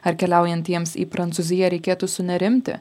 ar keliaujantiems į prancūziją reikėtų sunerimti